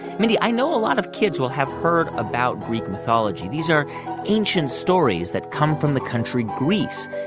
mindy, i know a lot of kids will have heard about greek mythology. these are ancient stories that come from the country greece.